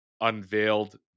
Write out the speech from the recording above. unveiled